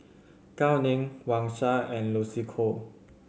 Gao Ning Wang Sha and Lucy Koh